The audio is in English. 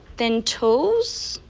then tools,